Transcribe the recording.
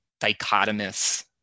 dichotomous